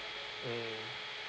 mm